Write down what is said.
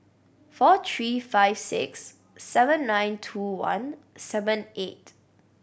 four three five six seven nine two one seven eight